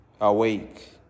awake